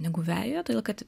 negu vejoje todėl kad